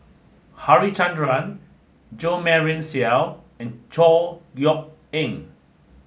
Harichandra Jo Marion Seow and Chor Yeok Eng